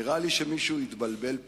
נראה לי שמישהו התבלבל פה.